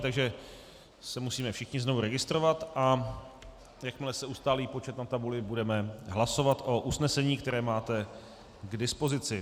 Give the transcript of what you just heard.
Takže se musíme všichni znovu registrovat, a jakmile se ustálí počet na tabuli, budeme hlasovat o usnesení, které máte k dispozici.